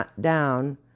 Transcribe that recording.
down